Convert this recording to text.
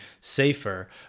safer